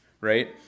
right